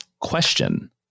question